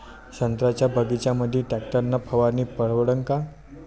संत्र्याच्या बगीच्यामंदी टॅक्टर न फवारनी परवडन का?